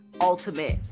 ultimate